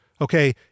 okay